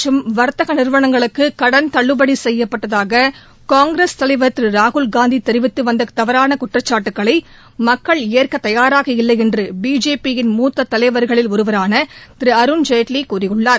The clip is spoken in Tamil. மற்றும் வாத்தக நிறுவனங்களுக்கு கடன் தள்ளுபடி செய்யப்பட்டதாக காங்கிரஸ் தலைவர் திரு ராகுல்காந்தி தெிவித்து வந்த தவறான குற்றச்சாட்டுக்களை மக்கள் ஏற்க தயாராக இல்லை என்று பிஜேபி யின் மூத்த தலைவர்களில் ஒருவரான திரு அருண்ஜேட்லி கூறியுள்ளார்